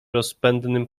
rozpędnym